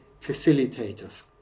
facilitators